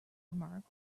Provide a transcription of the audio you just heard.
remark